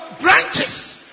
branches